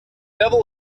devil